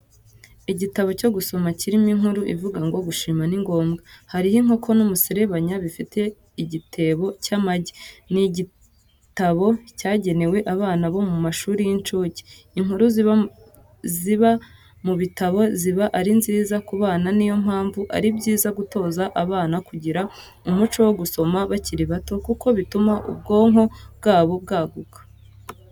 Igitabo cyo gusoma kirimo inkuru ivuga ngo Gushima ni ngombwa , hariho inkoko n'umuserebanya bifite igitebo cy'amagi, ni igitabo cyagenewe abana bomu mashuri y'insuke. Inkuru ziba mu bitabo ziba ari nziza ku bana niyo mpamvu ari byiza gutoza abana kugira umuco wo gusoma bakiri bato kuko bituma ubwonko bwabo bwaguka